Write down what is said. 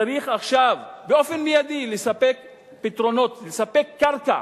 צריך עכשיו באופן מיידי לספק פתרונות, לספק קרקע